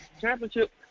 championship